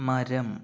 മരം